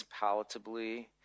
palatably